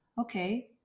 Okay